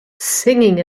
singing